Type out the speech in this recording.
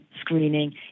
screening